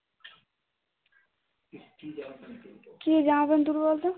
কী জামা প্যান্ট তুলবো বল তো